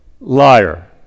liar